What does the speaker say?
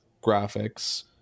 graphics